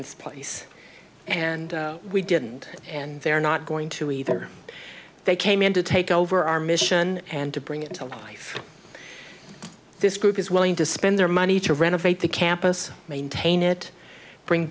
this place and we didn't and they're not going to either they came in to take over our mission and to bring it to life this group is willing to spend their money to renovate the campus maintain it bring